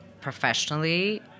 professionally